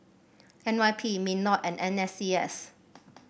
N Y P Minlaw and N S C S